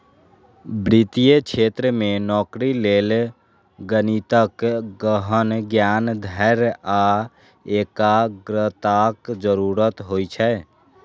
वित्तीय क्षेत्र मे नौकरी लेल गणितक गहन ज्ञान, धैर्य आ एकाग्रताक जरूरत होइ छै